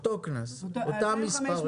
אותו קנס, אותם מספרים.